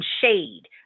shade